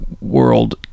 world